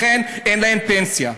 לכן אין להן פנסיה.